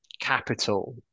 capital